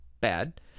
bad